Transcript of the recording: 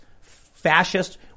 fascist